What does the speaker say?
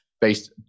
based